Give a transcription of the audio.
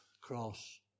cross